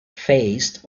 faced